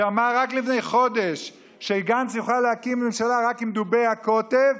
שאמר רק לפני חודש שגנץ יוכל להקים ממשלה רק עם דובי הקוטב,